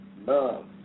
Love